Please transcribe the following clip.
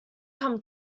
come